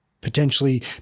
potentially